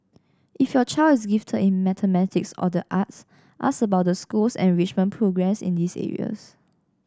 if your child is gifted in mathematics or the arts ask about the school's enrichment programmes in these areas